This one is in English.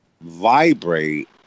vibrate